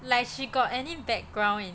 like she got any background in